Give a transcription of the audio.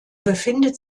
befindet